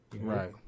Right